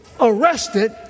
arrested